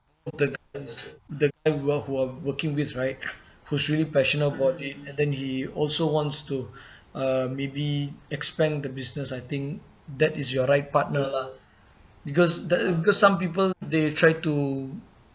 the and who're who are working with right who's really passionate about it and then he also wants to uh maybe expand the business I think that is your right partner lah because the because some people they try to